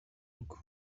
rugo